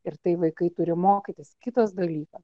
ir tai vaikai turi mokytis kitas dalyka